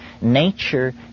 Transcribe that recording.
Nature